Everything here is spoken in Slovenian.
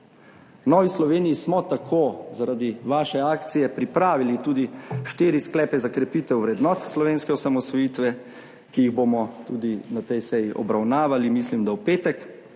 V Novi Sloveniji smo tako zaradi vaše akcije pripravili tudi štiri sklepe za krepitev vrednot slovenske osamosvojitve, ki jih bomo tudi na tej seji obravnavali, mislim da, v petek,